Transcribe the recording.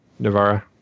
Navara